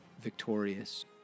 victorious